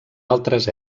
altres